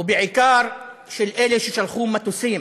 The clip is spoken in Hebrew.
ובעיקר של אלה ששלחו מטוסים